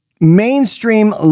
mainstream